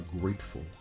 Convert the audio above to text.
grateful